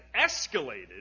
escalated